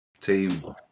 team